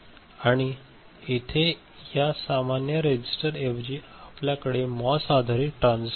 आणि येथे या सामान्य रेझिस्टरऐवजी आपल्याकडे मॉस आधारित ट्रान्झिस्टर आहे